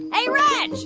hey, reg.